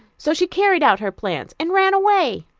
so she carried out her plans, and ran away.